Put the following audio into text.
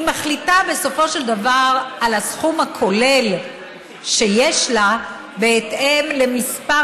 היא מחליטה בסופו של דבר על הסכום הכולל שיש לה בהתאם למספר